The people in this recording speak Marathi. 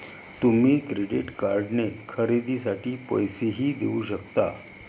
तुम्ही क्रेडिट कार्डने खरेदीसाठी पैसेही देऊ शकता